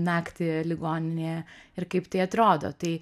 naktį ligoninėje ir kaip tai atrodo tai